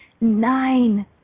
Nine